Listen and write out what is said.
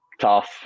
tough